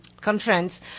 conference